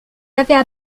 avaient